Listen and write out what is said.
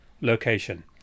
location